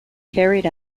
carried